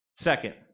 Second